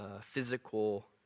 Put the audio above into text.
physical